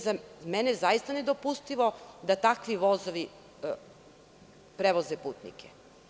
Za mene je zaista nedopustivo da takvi vozovi prevoze putnike.